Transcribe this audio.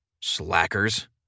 slackers